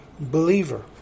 believer